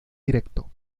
directo